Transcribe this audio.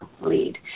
lead